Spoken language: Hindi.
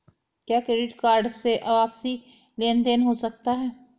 क्या क्रेडिट कार्ड से आपसी लेनदेन हो सकता है?